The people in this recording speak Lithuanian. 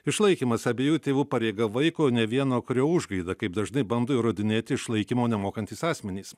išlaikymas abiejų tėvų pareiga vaiko ne vieno kurio užgaida kaip dažnai bando įrodinėti išlaikymo nemokantys asmenys